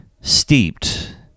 steeped